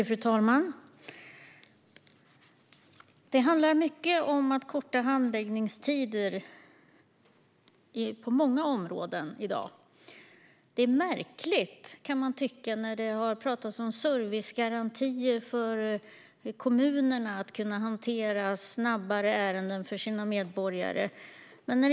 Fru talman! I dag handlar det mycket om att korta handläggningstider på olika områden. Detta är märkligt, kan man tycka, när det har talats om servicegarantier, så att kommunerna kan hantera ärenden för sina medborgare snabbare.